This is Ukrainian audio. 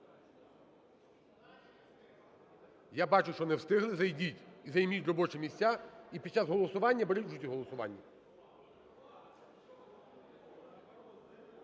Я бачу, що не встигли, зайдіть і займіть робочі місця і під час голосування беріть участь в голосуванні.